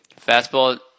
Fastball